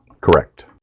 Correct